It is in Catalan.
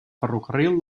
ferrocarril